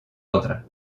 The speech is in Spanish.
otra